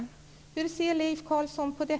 Hur ser Leif Carlson på detta?